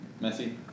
Messi